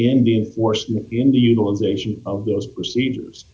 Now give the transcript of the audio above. in being forced into utilization of those procedures